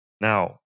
Now